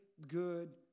good